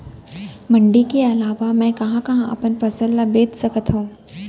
मण्डी के अलावा मैं कहाँ कहाँ अपन फसल ला बेच सकत हँव?